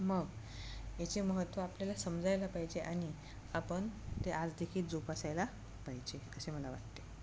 मग याचे महत्त्व आपल्याला समजायला पाहिजे आणि आपण ते आज देखील जोपासायला पाहिजे असे मला वाटते